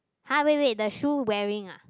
!huh! wait wait the shoe wearing ah